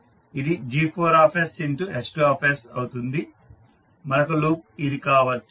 మరొక లూప్ ఇది కావచ్చు